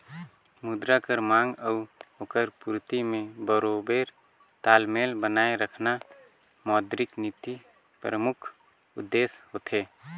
मुद्रा कर मांग अउ ओकर पूरती में बरोबेर तालमेल बनाए रखना मौद्रिक नीति परमुख उद्देस होथे